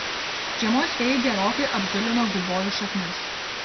žiemos vėjai gerokai apzulino gubojų šaknis